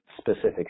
specific